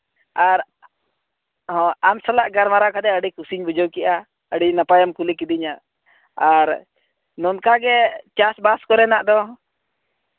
ᱟᱨ ᱦᱚᱸ ᱟᱢ ᱥᱟᱞᱟᱜ ᱜᱟᱞᱢᱟᱨᱟᱣ ᱠᱟᱛᱮᱫ ᱟᱹᱰᱤ ᱠᱩᱥᱤᱧ ᱵᱩᱡᱷᱟᱹᱣ ᱠᱮᱜᱼᱟ ᱟᱹᱰᱤ ᱱᱟᱯᱟᱭᱮ ᱠᱩᱞᱤ ᱠᱤᱫᱤᱧᱟ ᱟᱨ ᱱᱚᱝᱠᱟ ᱜᱮ ᱪᱟᱥᱵᱟᱥ ᱠᱚᱨᱮᱱᱟᱜ ᱫᱚ